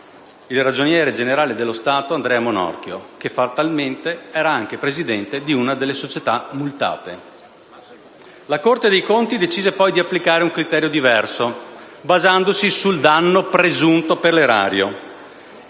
il ragioniere generale dello Stato, Andrea Monorchio, che fatalmente era anche presidente di una delle società multate. La Corte dei conti decise poi di applicare un criterio diverso, basandosi sul danno presunto per l'Erario